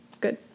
good